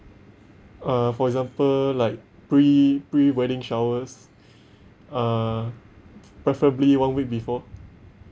uh for example like pre pre wedding showers uh preferably one week before